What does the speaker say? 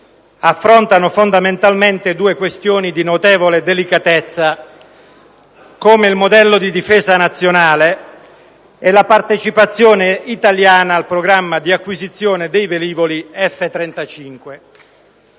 affrontano fondamentalmente due questioni di notevole delicatezza, come il modello di difesa nazionale e la partecipazione italiana al programma di acquisizione dei velivoli F-35.